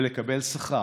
ולקבל שכר.